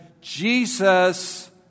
Jesus